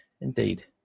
Indeed